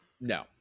no